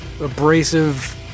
abrasive